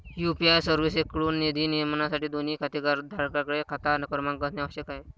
UPI सर्व्हिसेसएकडून निधी नियमनासाठी, दोन्ही खातेधारकांकडे खाता क्रमांक असणे आवश्यक आहे